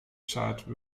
chart